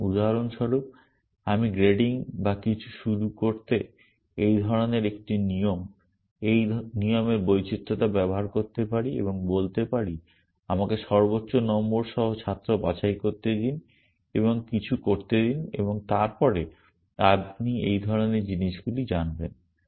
সুতরাং উদাহরণস্বরূপ আমি গ্রেডিং বা কিছু শুরু করতে এই ধরনের একটি নিয়ম এই নিয়মের বৈচিত্রতা ব্যবহার করতে পারি এবং বলতে পারি আমাকে সর্বোচ্চ নম্বর সহ ছাত্র বাছাই করতে দিন এবং কিছু করতে দিন এবং তারপরে আপনি এই ধরণের জিনিসগুলি জানবেন